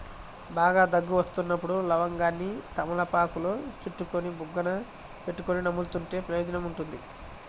బాగా దగ్గు వస్తున్నప్పుడు లవంగాన్ని తమలపాకులో చుట్టుకొని బుగ్గన పెట్టుకొని నములుతుంటే ప్రయోజనం ఉంటుంది